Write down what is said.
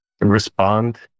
respond